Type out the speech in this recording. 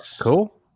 cool